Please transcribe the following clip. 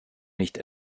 nicht